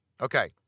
Okay